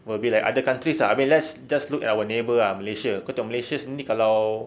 will be like other countries ah I mean let's just look at our neighbour ah malaysia kau tahu malaysia sendiri kalau